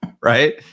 Right